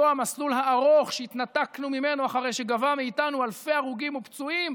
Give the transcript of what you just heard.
אותו מסלול ארוך שהתנתקנו ממנו אחרי שגבה מאיתנו אלפי הרוגים ופצועים,